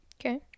okay